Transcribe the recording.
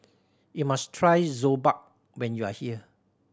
you must try Jokbal when you are here